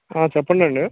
చెప్పండండీ